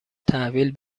تحویل